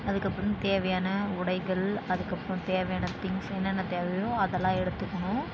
அதுக்கு அப்புறம் தேவையான உடைகள் அதுக்கு அப்புறம் தேவையான திங்ஸ் என்னென்ன தேவையோ அதெல்லாம் எடுத்துக்கணும்